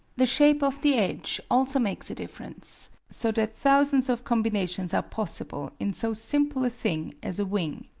the shape of the edge also makes a difference, so that thousands of combinations are possible in so simple a thing as a wing.